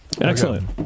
Excellent